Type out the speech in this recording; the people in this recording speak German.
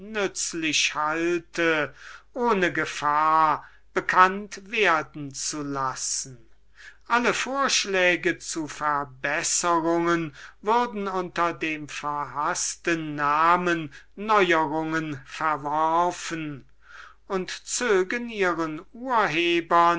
halte ohne gefahr bekannt werden zu lassen alle vorschläge zu verbesserungen würden unter dem verhaßten namen der neuerungen verworfen und zögen ihren urhebern